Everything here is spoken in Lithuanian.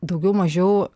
daugiau mažiau